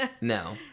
No